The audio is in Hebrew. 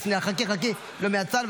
חכי, לא מהצד.